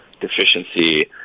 deficiency